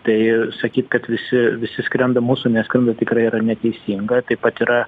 tai sakyt kad visi visi skrenda mūsų neskrenda tikrai yra neteisinga taip pat yra